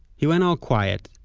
he went all quiet,